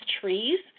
trees